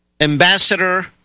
ambassador